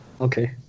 Okay